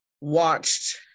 watched